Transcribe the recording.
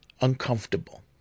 uncomfortable